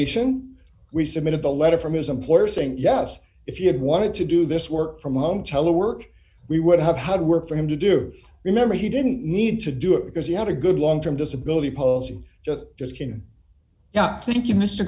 ition we submitted a letter from his employer saying yes if you had wanted to do this work from home telework we would have had work for him to do remember he didn't need to do it because he had a good long term disability policy just just can not thank you m